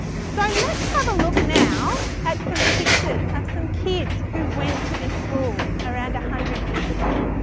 so, let's have a look now at some pictures of some kids who went to this school around a hundred years ago.